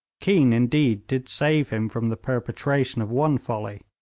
keane, indeed, did save him from the perpetration of one folly.